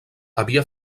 havia